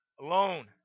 alone